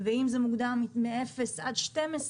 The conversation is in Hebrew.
ואם זה מוגדר מאפס עד 12,